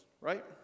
right